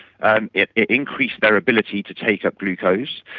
and it it increased their ability to take up glucose,